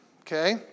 okay